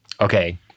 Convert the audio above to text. okay